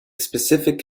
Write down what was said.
specific